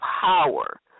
power